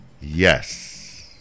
yes